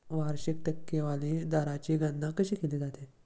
वार्षिक टक्केवारी दराची गणना कशी केली जाते?